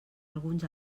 alguns